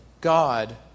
God